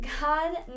God